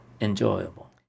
enjoyable